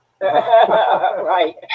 Right